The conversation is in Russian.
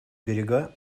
берега